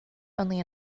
only